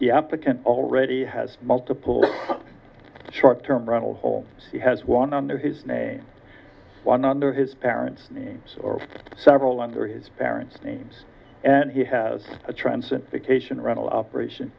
the applicant already has multiple short term ronald hall he has one under his name one under his parents names or several under his parents names and he has a transit vacation rental operation